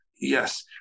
Yes